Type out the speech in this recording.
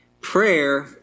prayer